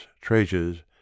treasures